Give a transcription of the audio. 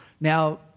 Now